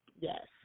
Yes